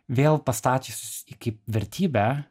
vėl pastačius jį kaip vertybę